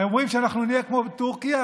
אומרים שאנחנו נהיה כמו בטורקיה.